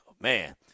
Man